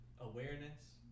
awareness